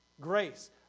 Grace